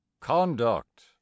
Conduct